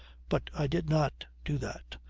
but i did not do that.